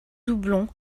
doublon